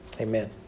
Amen